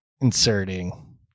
inserting